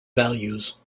values